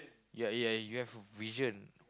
yeah yeah you have a vision